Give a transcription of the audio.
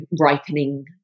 ripening